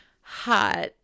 hot